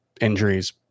injuries